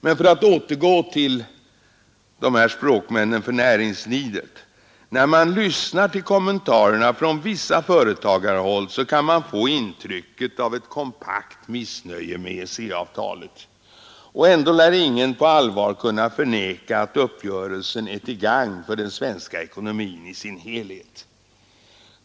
Men för att återgå till dessa talesmän för näringslivet: När man lyssnar till kommentarerna från visst företagarhåll kan man få intrycket av ett kompakt missnöje med EEC-avtalet. Och ändå lär ingen på allvar kunna förneka att uppgörelsen är till gagn för den svenska ekonomin i dess helhet.